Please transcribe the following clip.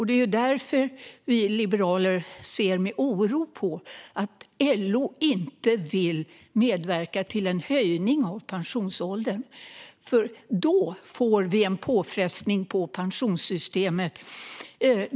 Det är därför vi liberaler ser med oro på att LO inte vill medverka till en höjning av pensionsåldern. Då får vi ju en påfrestning på pensionssystemet.